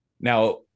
now